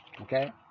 Okay